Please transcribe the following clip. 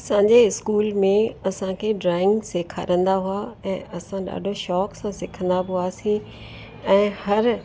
असांजे स्कूल में असांखे ड्रॉइंग सेखारंदा हुआ ऐं असां ॾाढे शौक़ सां सिखंदा बि हुआसीं ऐं हर